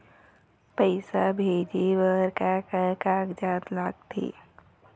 पैसा भेजे बार का का कागजात लगथे?